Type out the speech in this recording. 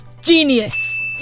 Genius